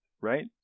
right